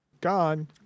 Gone